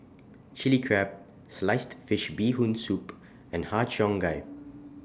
Chili Crab Sliced Fish Bee Hoon Soup and Har Cheong Gai